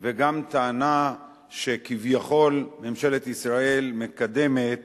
וגם טענה שכביכול ממשלת ישראל מקדמת